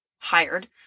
hired